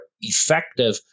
effective